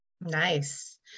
Nice